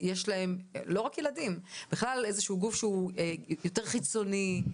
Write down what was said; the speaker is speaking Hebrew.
- ולא רק ילדים - יש להם איזשהו גוף שהוא יותר חיצוני,